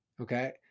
okay